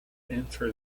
enter